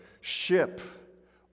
ship